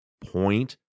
point